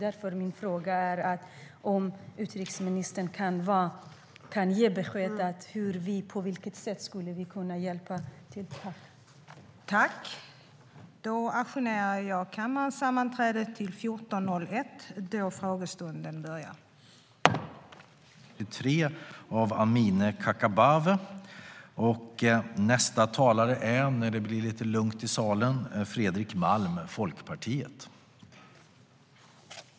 Därför är min fråga: Kan utrikesministern ge besked om på vilket sätt vi skulle kunna hjälpa till?(forts.